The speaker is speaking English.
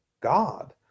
God